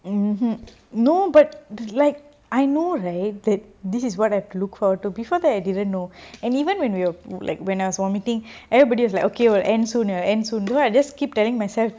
mmhmm no but like I know right that this is what I have to look forward to before that I didn't know and even when we are like when I was vomiting everybody's like okay it will end soon it will end soon and so I just keep telling myself